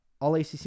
All-ACC